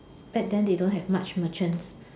back then they don't have much merchants